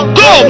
go